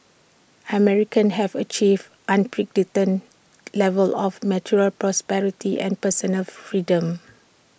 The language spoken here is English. Americans have achieved unprecedented levels of material prosperity and personal freedom